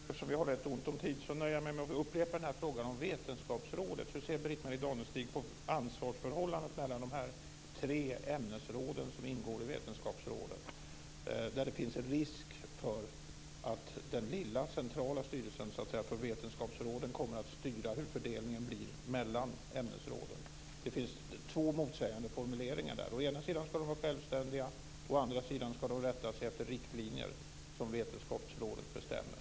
Fru talman! Eftersom vi har rätt ont om tid nöjer jag mig med att upprepa min fråga om vetenskapsrådet. Hur ser Britt-Marie Danestig på ansvarsförhållandet mellan dessa tre ämnesområden som ingår i vetenskapsrådet, där det finns en risk för att den lilla centrala styrelsen för vetenskapsråden kommer att styra hur fördelningen blir mellan ämnesråden? Det finns två motsägande formuleringar i fråga om detta, å ena sidan ska de vara självständiga, å andra sidan ska de rätta sig efter riktlinjer som vetenskapsrådet bestämmer.